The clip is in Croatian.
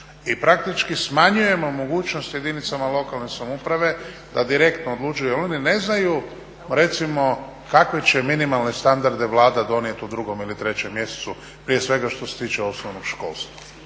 I praktički smanjujemo mogućnost jedinicama lokalne samouprave da direktno odlučuju jer oni ne znaju recimo kakve će minimalne standarde Vlada donijeti u drugom ili trećem mjesecu, prije svega što se tiče osnovnog školstva.